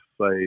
say